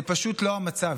זה פשוט לא המצב,